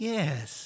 Yes